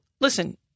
listen